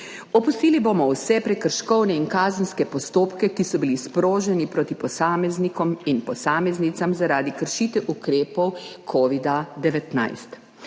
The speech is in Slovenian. opustili bomo vse prekrškovne in kazenske postopke, ki so bili sproženi proti posameznikom in posameznicam zaradi kršitev ukrepov covida-19.